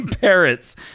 Parrots